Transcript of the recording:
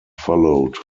followed